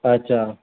अछा